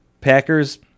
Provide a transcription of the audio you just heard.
Packers